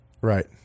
Right